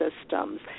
systems